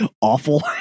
awful